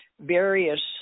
various